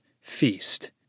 feast